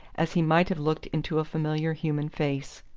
as he might have looked into a familiar human face.